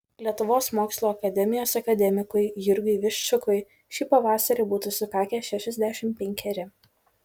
lietuvos mokslų akademijos akademikui jurgiui viščakui šį pavasarį būtų sukakę šešiasdešimt penkeri